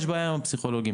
יש בעיה עם הפסיכולוגים.